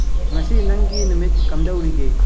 ꯉꯁꯤ ꯅꯪꯒꯤ ꯅꯨꯃꯤꯠ ꯀꯝꯗꯧꯔꯤꯒꯦ